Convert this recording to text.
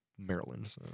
Maryland